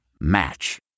Match